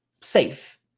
safe